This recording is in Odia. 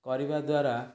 କରିବା ଦ୍ୱାରା